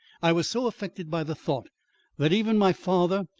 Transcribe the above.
i was so affected by the thought that even my father,